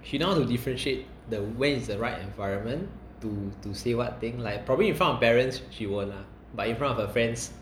she know how to differentiate the when is the right environment to to say what thing like probably in front of parents she won't lah but in front of her friends